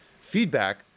feedback